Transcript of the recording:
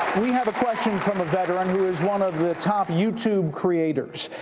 we have a question from a veteran who is one of the top youtube creators.